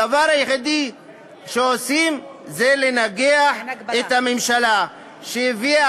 הדבר היחיד שעושים זה לנגח את הממשלה שהביאה